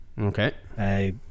Okay